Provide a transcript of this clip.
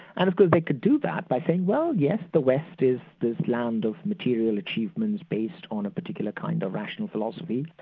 and of course they could do that by saying well yes, the west is this land of material achievements, based on a particular kind of rational philosophy.